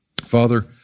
Father